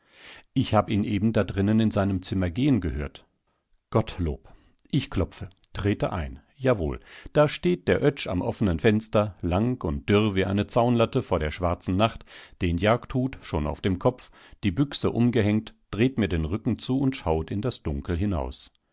ich hab ihn eben da drinnen in seinem zimmer gehen gehört gottlob ich klopfe trete ein jawohl da steht der oetsch am offenen fenster lang und dürr wie eine zaunlatte vor der schwarzen nacht den jagdhut schon auf dem kopf die büchse umgehängt dreht mir den rücken zu und schaut in das dunkel hinaus